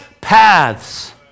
paths